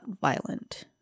violent